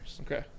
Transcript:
Okay